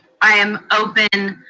i am open